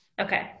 okay